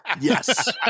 yes